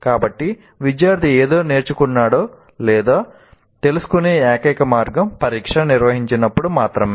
కాబట్టి విద్యార్థి ఏదో నేర్చుకున్నాడో లేదో తెలుసుకునే ఏకైక మార్గం పరీక్ష నిర్వహించినప్పుడు మాత్రమే